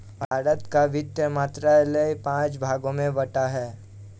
भारत का वित्त मंत्रालय पांच भागों में बटा हुआ है